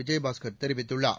விஜயபாஸ்கர் தெரிவித்துள்ளார்